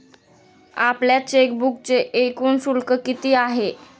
आपल्या चेकबुकचे एकूण शुल्क किती आहे?